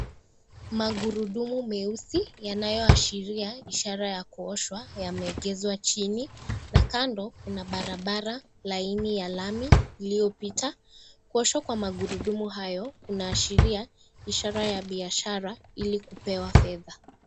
Magurudumu meusi yanayoashiria ishara ya kuoshwa yameegezwa chini, na kando kuna barabara laini ya lami iliyopita. Kuoshwa kwa magurudumu hayo kunaashiria ishara ya biashara ili kupewa fedha.